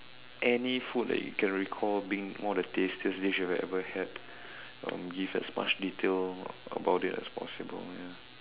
any food that you can recall being one of the tastiest dish you have ever had um give as much detail about it as possible ya